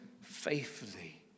faithfully